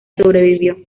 sobrevivió